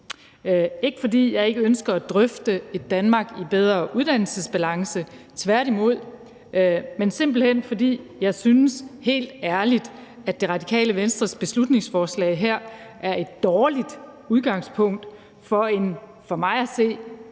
ikke, fordi jeg ikke ønsker at drøfte et Danmark i bedre uddannelsesbalance – tværtimod – men simpelt hen fordi jeg synes, helt ærligt, at Det Radikale Venstres beslutningsforslag her er et dårligt udgangspunkt for en debat,